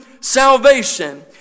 salvation